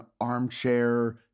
armchair